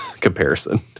comparison